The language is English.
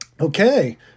Okay